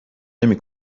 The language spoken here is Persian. نمی